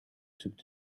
took